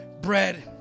bread